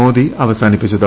മോദി അവസാനിപ്പിച്ചത്